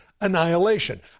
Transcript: annihilation